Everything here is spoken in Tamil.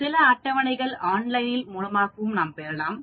சில அட்டவணைகள் ஆன்லைனிலும் பெறலாம்